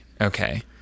okay